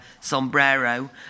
sombrero